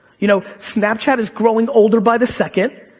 you know, snapchat is growing older by the second,